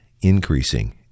increasing